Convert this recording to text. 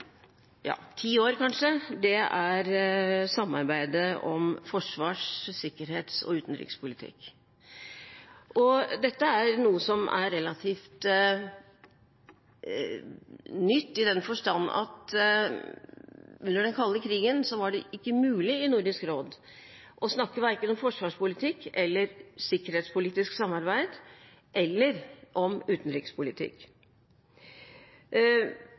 kanskje de siste ti år, er samarbeidet om forsvars-, sikkerhets- og utenrikspolitikk. Dette er noe som er relativt nytt i den forstand at under den kalde krigen var det ikke mulig i Nordisk råd å snakke om verken forsvarspolitikk, sikkerhetspolitisk samarbeid eller utenrikspolitikk.